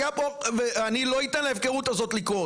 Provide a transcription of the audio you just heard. אני לא אתן להפקרות הזאת לקרות.